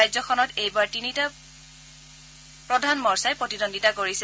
ৰাজ্যখনত এইবাৰ তিনিটা প্ৰধান মৰ্চাই প্ৰতিদ্বন্দ্বিতা কৰিছে